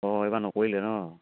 অঁ এইবাৰ নকৰিলে নহ্